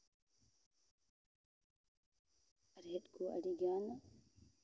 ᱨᱮᱸᱦᱮᱫ ᱠᱚ ᱟᱹᱰᱤ ᱜᱟᱱ